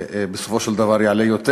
בסופו של דבר זה יעלה יותר.